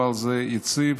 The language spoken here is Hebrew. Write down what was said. אבל זה יציב